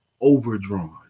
overdrawn